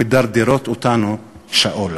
המדרדרות אותנו שאולה?